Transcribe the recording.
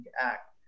act